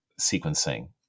sequencing